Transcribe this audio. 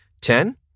Ten